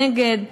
נגד,